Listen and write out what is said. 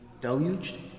deluged